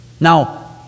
Now